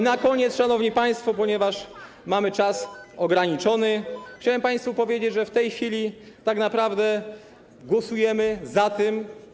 Na koniec, szanowni państwo, ponieważ mamy ograniczony czas, chciałem państwu powiedzieć, że w tej chwili tak naprawdę głosujemy nad tym.